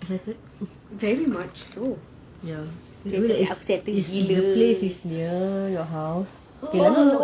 excited the place is near your house kenapa